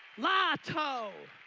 lotto!